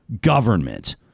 government